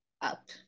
up